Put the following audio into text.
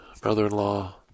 brother-in-law